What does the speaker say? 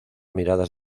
miradas